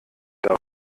dann